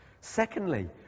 Secondly